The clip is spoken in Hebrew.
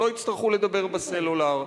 שלא יצטרכו לדבר בסלולר,